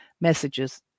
messages